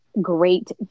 great